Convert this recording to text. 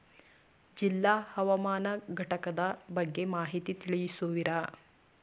ಜಿಲ್ಲಾ ಹವಾಮಾನ ಘಟಕದ ಬಗ್ಗೆ ಮಾಹಿತಿ ತಿಳಿಸುವಿರಾ?